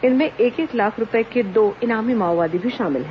इनमें एक एक लाख रूपये के दो इनामी माओवादी भी शामिल है